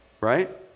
Right